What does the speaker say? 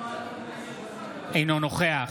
אינו נוכח